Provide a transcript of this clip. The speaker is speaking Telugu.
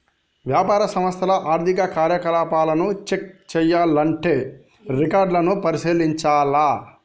వ్యాపార సంస్థల ఆర్థిక కార్యకలాపాలను చెక్ చేయాల్లంటే రికార్డులను పరిశీలించాల్ల